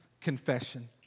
confession